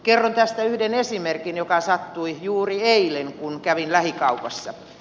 kerron tästä yhden esimerkin joka sattui juuri eilen kun kävin lähikaupassa